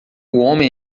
homem